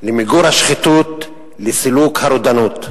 למיגור השחיתות, לסילוק הרודנות.